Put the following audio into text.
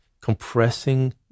compressing